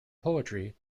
poetry